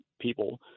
people